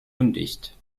undicht